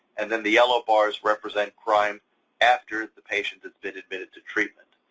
and then the yellow bars represent crime after the patient has been admitted to treatment.